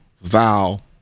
vow